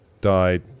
died